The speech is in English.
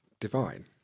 divine